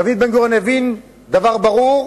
דוד בן-גוריון הבין דבר ברור,